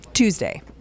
Tuesday